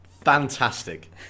Fantastic